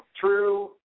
true